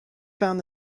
found